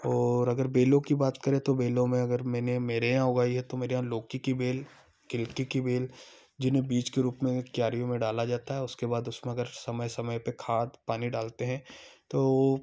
और अगर बेलों की बात करें तो बेलों में अगर मैंने मेरे यहाँ उगाई है तो मेरे यहाँ लौकी की बेल किलके की बेल जिन्हें बीज के रूप में क्यारियों में डाला जाता है उसके बाद उसमें अगर समय समय पर खाद पानी डालते हैं तो